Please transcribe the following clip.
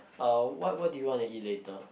uh what what do you want to eat later